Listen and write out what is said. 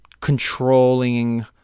controlling